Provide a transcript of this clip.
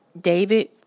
david